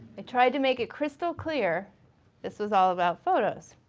i tried to make it crystal clear this was all about photos.